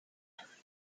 her